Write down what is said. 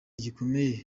gikomeye